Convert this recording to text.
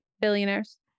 billionaires